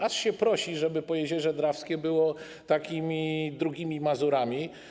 Aż się prosi, żeby Pojezierze Drawskie było takimi drugimi Mazurami.